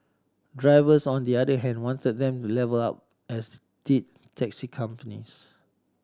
drivers on the other hand wanted them levelled up as did taxi companies